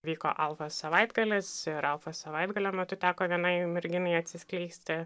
vyko alfa savaitgalis ir alfa savaitgalio metu teko vienai merginai atsiskleisti